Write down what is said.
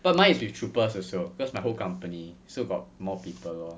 but mine is with troopers also because my whole company so got more people lor